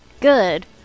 good